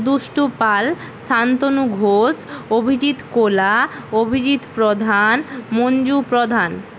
দুষ্টু পাল শান্তনু ঘোষ অভিজিৎ কোলা অভিজিৎ প্রধান মঞ্জু প্রধান